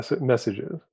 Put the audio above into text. messages